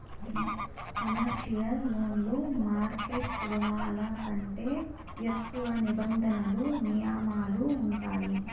commercial లోన్లు market రుణాల కంటే ఎక్కువ నిబంధనలు నియమాలు ఉంటాయి